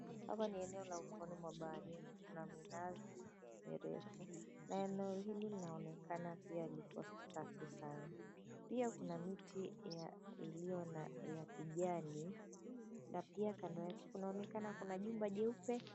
Hapa ni eneo la ufuoni mwa baharini. Kuna minazi mirefu na eneo hili linaonekana pia ilikuwa safi sana. Pia kuna miti iliyo ya kijani na pia kando yake kunaonekana kuna jumba jeupe.